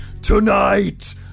Tonight